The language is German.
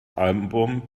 album